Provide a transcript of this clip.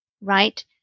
right